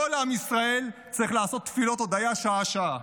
כל עם ישראל צריך לעשות תפילות הודיה שעה-שעה